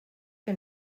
que